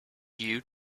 you